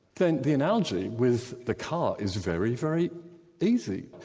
then the analogy with the car is very, very easy.